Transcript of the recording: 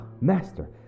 Master